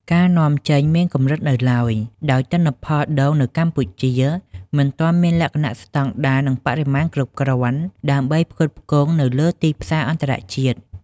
ការនាំចេញនៅមានកម្រិតនៅឡើយ ដោយទិន្នផលដូងនៅកម្ពុជាមិនទាន់មានលក្ខណៈស្តង់ដារ និងបរិមាណគ្រប់គ្រាន់ ដើម្បីផ្គត់ផ្គង់នៅលើទីផ្សារអន្តរជាតិ។